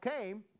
came